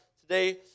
today